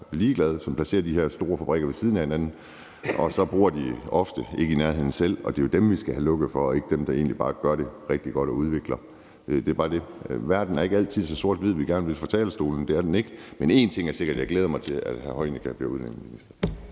som sætter de her store fabrikker ved siden af hinanden, og så bor de ofte ikke selv i nærheden, og det er jo dem, vi skal have lukket ned for, og ikke dem, der egentlig bare gør det rigtig godt og udvikler det. Det er bare dét. Verden er ikke altid så sort-hvid, som vi gerne vil have den til at være på talerstolen. Det er den ikke, men én ting er sikker: Jeg glæder mig til, at miljøministeren bliver udlændingeminister.